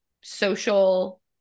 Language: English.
social